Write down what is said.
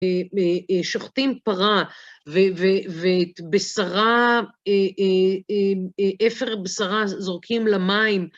שוחטים פרה, ובשרה, אפר בשרה זורקים למים.